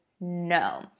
no